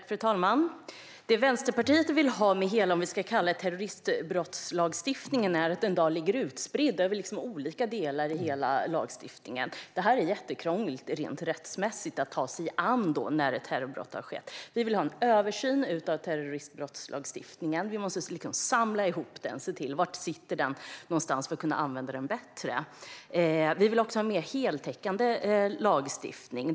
Fru talman! Det Vänsterpartiet vill ha är en terrorismlagstiftning som inte, som i dag, är utspridd i olika delar. Den är rättsmässigt jättekrånglig att ta sig an när ett terrorbrott har skett. Vi vill ha en översyn av terrorismbrottslagstiftningen. Vi måste samla ihop den för att kunna använda den bättre. Vi vill också ha en mer heltäckande lagstiftning.